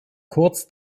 kurz